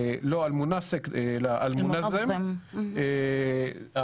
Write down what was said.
לא אל מונסק, אלא אל מונזם, המארגן.